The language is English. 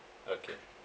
okay